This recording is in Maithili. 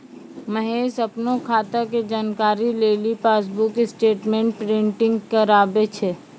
महेश अपनो खाता के जानकारी लेली पासबुक स्टेटमेंट प्रिंटिंग कराबै छै